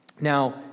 Now